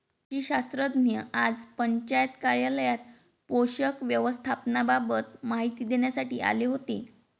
कृषी शास्त्रज्ञ आज पंचायत कार्यालयात पोषक व्यवस्थापनाबाबत माहिती देण्यासाठी आले होते